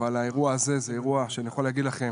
אבל האירוע הזה זה אירוע שאני יכול להגיד לכם